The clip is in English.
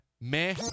meh